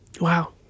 Wow